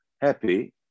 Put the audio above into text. happy